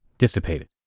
dissipated